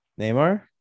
Neymar